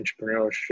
entrepreneurship